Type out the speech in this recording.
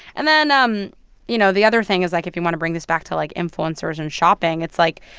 and then, um you know, the other thing is, like, if you want to bring this back to, like, influencers and shopping, it's, like,